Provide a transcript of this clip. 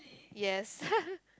yes